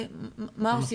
מה עושים,